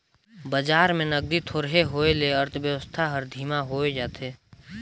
बजार में नगदी थोरहें होए ले अर्थबेवस्था हर धीमा होए जाथे